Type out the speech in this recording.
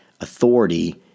authority